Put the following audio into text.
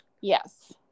Yes